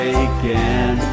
again